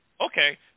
okay